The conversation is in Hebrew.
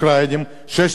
6 מיליוני אנשים.